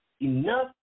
Enough